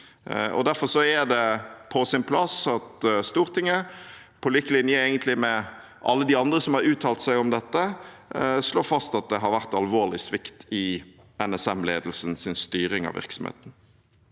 Derfor er det på sin plass at Stortinget, på lik linje med alle de andre som har uttalt seg om dette, slår fast at det har vært alvorlig svikt i NSMledelsens styring av virksomheten.